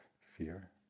fear